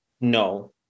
No